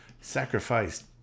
sacrificed